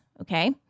okay